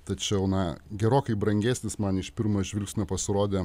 tačiau na gerokai brangesnis man iš pirmo žvilgsnio pasirodė